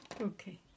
Okay